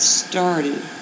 started